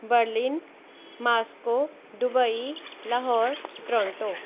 Berlin Moscow Dubai Lahore Toronto